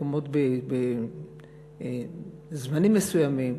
מקומות בזמנים מסוימים,